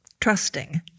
Trusting